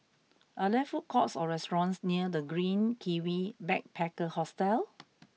are there food courts or restaurants near The Green Kiwi Backpacker Hostel